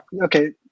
Okay